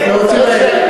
תראה,